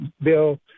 bill